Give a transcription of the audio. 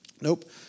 Nope